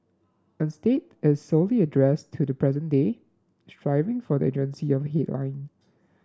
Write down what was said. instead is squarely addressed to the present day striving for the urgency of headline